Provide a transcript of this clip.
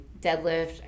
deadlift